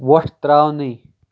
وۄٹھ ترٛاونٕے